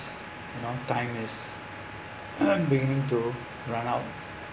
you know time is being to run out